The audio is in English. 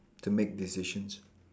to make decisions